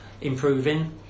improving